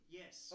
yes